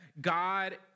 God